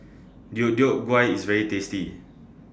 Deodeok Gui IS very tasty